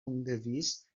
ungewiss